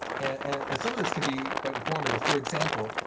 and some of this can be quite informative. for example,